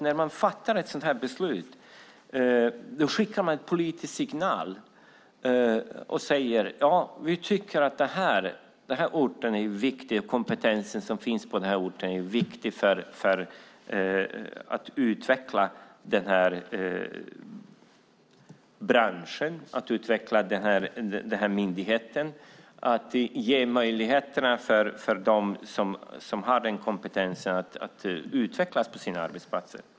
När man fattar ett sådant här beslut skickar man en politisk signal och säger: Vi tycker att den här orten och den kompetens som finns där är viktig för utvecklingen av branschen och myndigheten. Man ger möjligheter för dem som har den kompetensen att utvecklas på sina arbetsplatser.